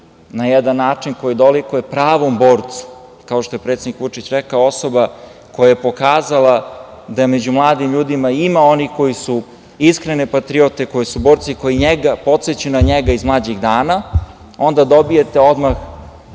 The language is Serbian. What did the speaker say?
na jedan način koji dolikuje pravom borcu, kao što je presednik Vučić rekao - osoba koja je pokazala da među mladim ljudima ima onih koji su iskrene patriote, koji su borci, koji ga potsećaju na njega iz mlađih dana, onda dobijete odmah